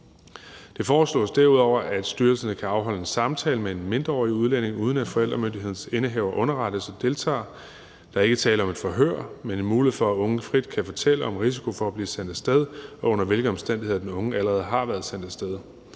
Det foreslås derudover, at styrelserne kan afholde en samtale med en mindreårig udlænding, uden at forældremyndighedens indehaver underrettes og deltager. Der er ikke tale om et forhør, men om en mulighed for, at den unge frit kan fortælle om risikoen for at blive sendt af sted, og under hvilke omstændigheder den unge allerede har været sendt af sted.